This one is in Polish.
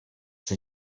czy